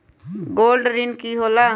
Gold ऋण की होला?